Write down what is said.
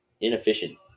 inefficient